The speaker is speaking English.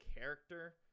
character